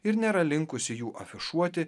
ir nėra linkusi jų afišuoti